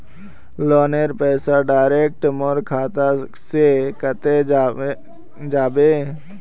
लोनेर पैसा डायरक मोर खाता से कते जाबे?